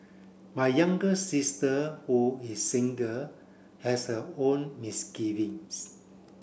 my younger sister who is single has her own misgivings